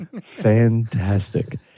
fantastic